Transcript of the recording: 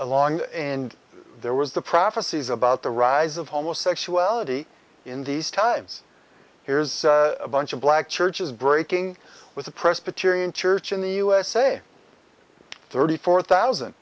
along and there was the prophecies about the rise of homosexuality in these times here's a bunch of black churches breaking with a presbyterian church in the usa thirty four thousand